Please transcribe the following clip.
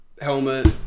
helmet